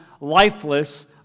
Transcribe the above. lifeless